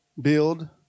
build